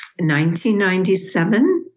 1997